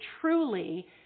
truly